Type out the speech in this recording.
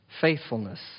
Faithfulness